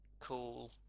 cool